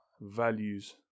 values